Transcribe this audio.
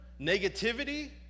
Negativity